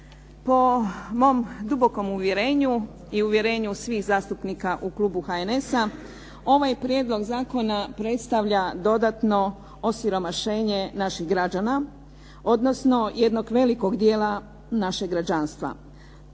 Po mom dubokom uvjerenju i uvjerenju svih zastupnika u klub HNS-a ovaj prijedlog zakona predstavlja dodatno osiromašenje naših građana, odnosno jednog velikog dijela našeg građanstva.